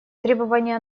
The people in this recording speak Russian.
требования